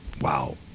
wow